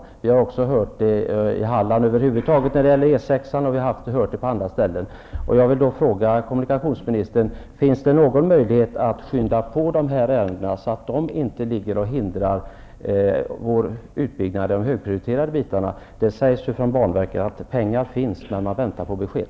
Det har också förekommit kritik i Halland och på andra ställen beträffande E 6 över huvud taget. Jag vill fråga kommunikationsministern: Finns det någon möjlighet att skynda på dessa ärenden, så att de inte lägger hinder i vägen för vår utbyggnad av högprioriterade objekt? Man säger från banverket att pengar finns men att man väntar på besked.